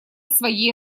своей